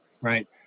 right